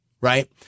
right